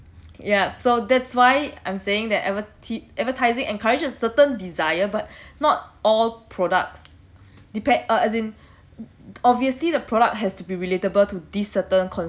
yup so that's why I'm saying that adverti~ advertising encourage a certain desire but not all products depends uh as in obviously the product has to be relatable to these certain